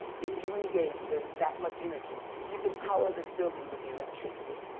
if you engaged, there's that much energy you could power this building with the electricity.